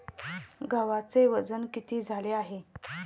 गव्हाचे वजन किती झाले आहे?